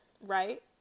right